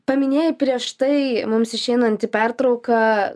paminėjai prieš tai mums išeinant į pertrauką